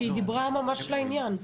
כי היא דיברה ממש לעניין,